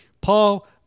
Paul